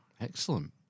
excellent